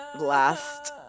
last